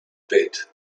bet